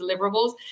deliverables